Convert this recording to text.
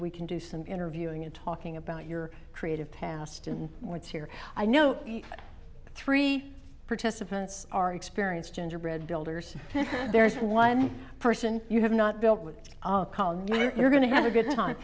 we can do some interviewing and talking about your creative past and what's here i know three participants are experienced gingerbread builders there's one person you have not built with when you're going to have a good time